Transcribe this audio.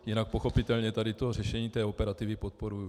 Jinak pochopitelně tady to řešení té operativy podporuji.